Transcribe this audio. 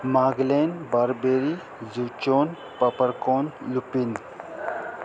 ماگلین بربیری زوچون پپرکون لپین